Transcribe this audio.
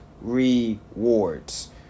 rewards